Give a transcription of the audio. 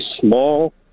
small